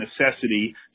necessity